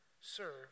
serve